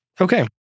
Okay